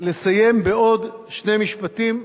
לסיים בעוד שני משפטים,